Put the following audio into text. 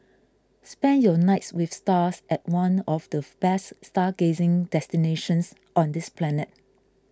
spend your nights with stars at one of the best stargazing destinations on this planet